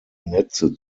netze